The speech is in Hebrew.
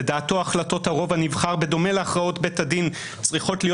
לדעתו החלטות הרוב הנבחר בדומה להכרעות בית הדין צריכות להיות